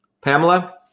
Pamela